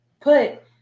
put